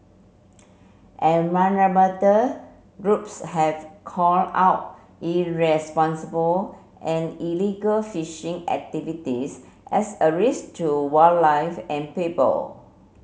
environmental groups have call out irresponsible and illegal fishing activities as a risk to wildlife and people